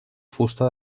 fusta